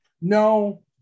No